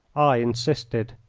i insisted.